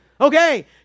Okay